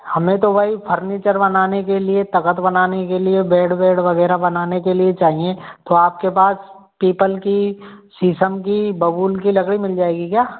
हमें तो भाई फर्नीचर बनाने के लिए तख़्त बनाने के लिए बेड वेड वगैरह बनाने के लिए चाहिए तो आपके पास पीपल की शीशम की बबूल की लकड़ी मिल जाएगी क्या